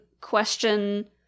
question